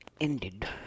ended